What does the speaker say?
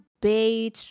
beige